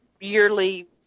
yearly